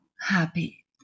happy